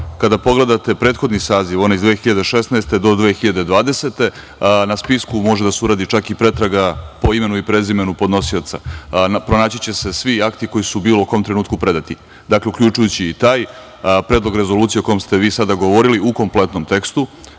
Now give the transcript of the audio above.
Kada pogledate prethodni saziv, onaj iz 2016. do 2020. godine, na spisku može da se uradi čak i pretraga po imenu i prezimenu podnosioca, pronaći će se svi akti koji su u bilo kom trenutku predati. Dakle, uključujući i taj Predlog rezolucije o kom ste vi sada govorili u kompletnom tekstu